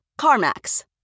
CarMax